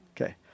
Okay